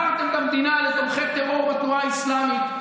מכרתם את המדינה לתומכי טרור בתנועה האסלאמית.